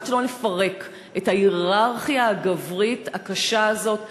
עד שלא נפרק את ההייררכיה הגברית הקשה הזאת במשטרה,